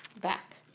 back